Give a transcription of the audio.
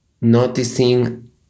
noticing